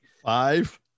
five